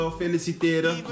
feliciteren